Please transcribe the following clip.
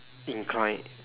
incline